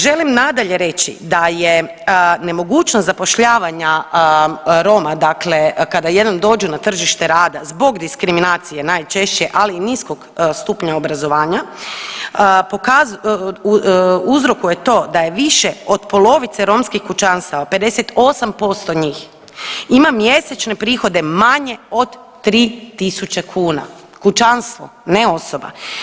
Želim nadalje reći da je nemogućnost zapošljavanja Roma dakle kada jedan dođe na tržište rada zbog diskriminacije najčešće, ali i niskog stupnja obrazovanja uzrokuje to da je više od polovice romskih kućanstava 58% njih ima mjesečne prihode manje od 3.000 kuna, kućanstvo, ne osoba.